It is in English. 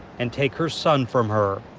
and take her son from her.